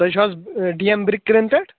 تُہۍ چھُو حظ ڈی ایم برٛک کلن پیٚٹھ